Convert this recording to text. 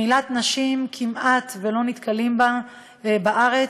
מילת נשים, כמעט לא נתקלים בה בארץ,